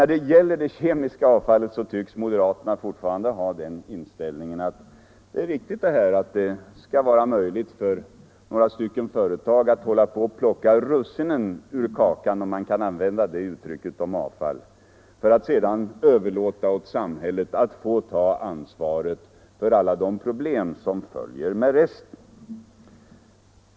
Då det gäller det kemiska avfallet tycks moderaterna fortfarande ha den inställningen att det är riktigt att några företag skall kunna hålla på att plocka russinen ur kakan — om man kan använda det uttrycket om avfall —- för att sedan överlåta åt samhället att ta ansvar för alla de problem som följer med resten.